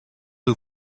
who